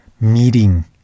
meeting